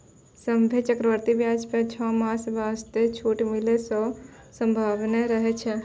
सभ्भे चक्रवृद्धि व्याज पर छौ मास वास्ते छूट मिलै रो सम्भावना रहै छै